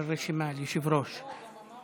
אדוני